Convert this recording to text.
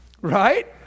Right